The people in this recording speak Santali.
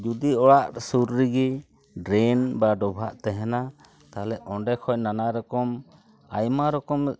ᱡᱩᱫᱤ ᱚᱲᱟᱜ ᱥᱩᱨ ᱨᱮᱜᱮ ᱰᱨᱮᱱ ᱵᱟ ᱰᱚᱵᱷᱟᱜ ᱛᱟᱦᱮᱱᱟ ᱛᱟᱦᱚᱞᱮ ᱚᱸᱰᱮ ᱠᱷᱚᱱ ᱱᱟᱱᱟ ᱨᱚᱠᱚᱢ ᱟᱭᱢᱟ ᱨᱚᱠᱚᱢ